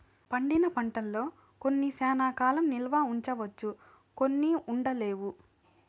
పండిన పంటల్లో కొన్ని శ్యానా కాలం నిల్వ ఉంచవచ్చు కొన్ని ఉండలేవు